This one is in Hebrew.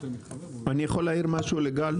אני יכול להעיר משהו לגל?